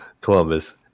Columbus